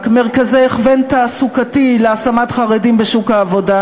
מרכזי הכוון תעסוקתי להשמת חרדים בשוק העבודה,